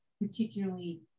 particularly